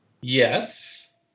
Yes